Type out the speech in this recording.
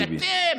אבל אתם,